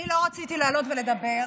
אני לא רציתי לעלות ולדבר,